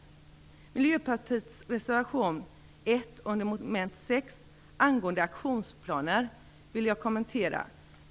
Jag vill kommentera Miljöpartiets reservation 1 under mom. 6 angående aktionsplaner.